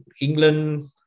England